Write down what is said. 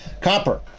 copper